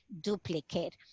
duplicate